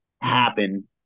happen